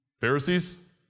Pharisees